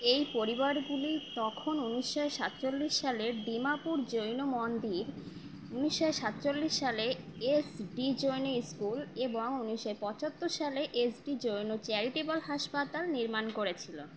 এই পরিবারগুলি তখন উনিশশো সাতচল্লিশ সালের ডিমাপুর জৈন মন্দির উনিশশো সাতচল্লিশ সালে এস ডি জৈন স্কুল এবং উনিশশো পঁচাত্তর সালে এস ডি জৈন চ্যারিটেবল হাসপাতাল নির্মাণ করেছিল